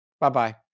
Bye-bye